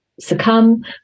succumb